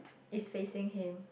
is facing him